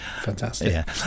Fantastic